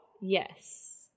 Yes